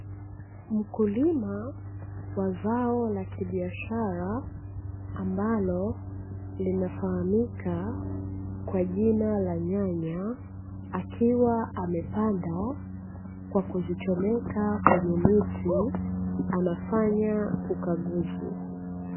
Mkulima wa zao la kibiashara ambalo linafahamika kwa jina la nyanya, akiwa amepanda kwa kuzichomeka kwenye miti anafanya ukaguzi.